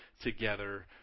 together